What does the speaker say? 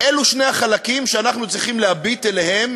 אלה שני החלקים שאנחנו צריכים להביט אליהם